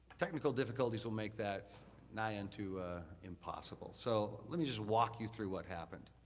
technical difficulties will make that nigh into impossible. so, let me just walk you through what happened.